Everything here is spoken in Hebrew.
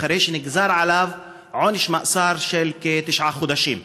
אחרי שנגזר עליו עונש מאסר של כתשעה חודשים,